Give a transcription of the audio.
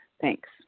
Thanks